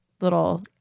little